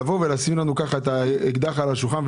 לשים לנו את האקדח על השולחן,